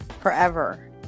forever